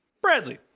Bradley